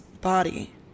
body